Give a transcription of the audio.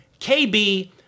KB